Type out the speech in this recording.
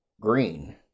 green